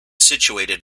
situated